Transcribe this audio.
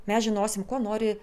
mes žinosim ko nori